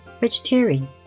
vegetarian